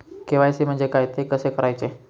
KYC म्हणजे काय? ते कसे करायचे?